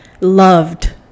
loved